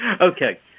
okay